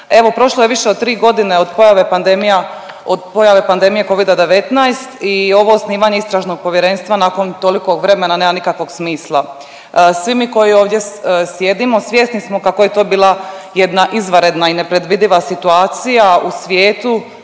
Evo prošlo je više od tri godine od pojave pandemije covida-19 i ovo osnivanje istražnog povjerenstva. Nakon tolikog vremena nema nikakvog smisla. Svi mi koji ovdje sjedimo svjesni smo kako je to bila jedna izvanredna i nepredvidiva situacija u svijetu.